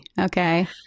okay